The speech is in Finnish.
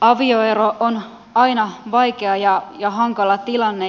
avioero on aina vaikea ja hankala tilanne